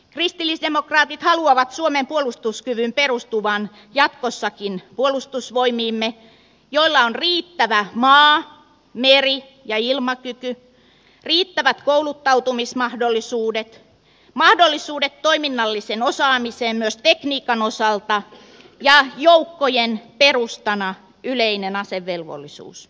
kristillisdemokraatit haluavat suomen puolustuskyvyn perustuvan jatkossakin puolustusvoimiimme joilla on riittävä maa meri ja ilmakyky riittävät kouluttautumismahdollisuudet mahdollisuudet toiminnalliseen osaamiseen myös tekniikan osalta ja joukkojen perustana yleinen asevelvollisuus